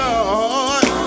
Lord